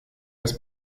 des